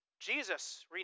Jesus